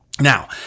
Now